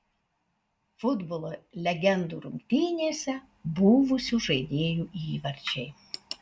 futbolo legendų rungtynėse buvusių žaidėjų įvarčiai